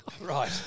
Right